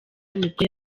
nibwo